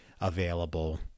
available